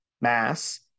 mass